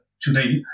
today